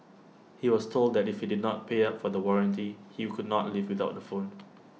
he was told that if he did not pay up for the warranty he'll could not leave without the phone